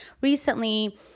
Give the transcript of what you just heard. recently